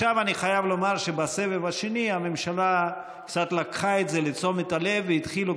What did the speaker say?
אני חייב לומר שבסבב השני הממשלה קצת לקחה את זה לתשומת הלב והתחילו,